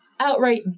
outright